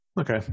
Okay